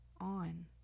on